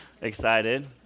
excited